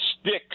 sticks